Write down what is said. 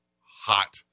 hot